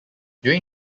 during